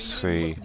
see